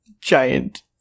giant